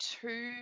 two